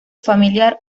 familiar